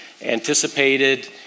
anticipated